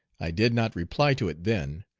i did not reply to it then,